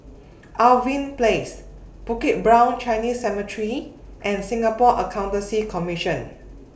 Irving Place Bukit Brown Chinese Cemetery and Singapore Accountancy Commission